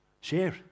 share